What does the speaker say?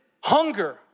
hunger